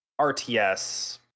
RTS